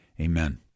amen